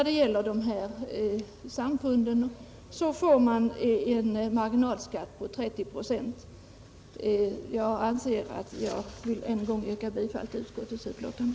De här samfunden får däremot en marginalskatt på 30 procent. Jag vill än en gång, herr talman, yrka bifall till utskottets hemställan.